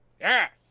Yes